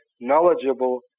knowledgeable